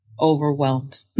overwhelmed